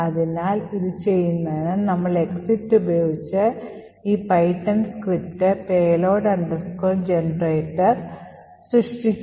അതിനാൽ ഇത് ചെയ്യുന്നതിന് നമ്മൾ എക്സിറ്റ് ഉപയോഗിച്ച് ഈ പൈത്തൺ സ്ക്രിപ്റ്റ് payload generator സൃഷ്ടിച്ചു